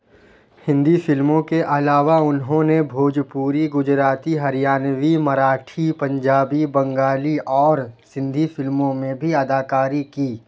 ہندی فلموں کے عالاوہ انہوں نے بھوجپوری گجراتی ہریانوی مراٹھی پنجابی بنگالی اور سندھی فلموں میں بھی اداکاری کی